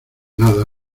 nada